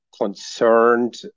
concerned